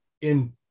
in-